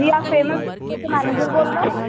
جی آپ فیمس کے مینیجر بول رہے ہیں